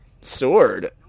sword